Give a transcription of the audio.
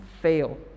fail